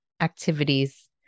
activities